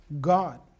God